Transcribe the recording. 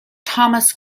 thomas